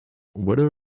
weather